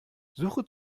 suche